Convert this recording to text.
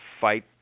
fight